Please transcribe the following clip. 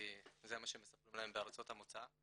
כי זה מה שמספרים להם בארצות המוצא,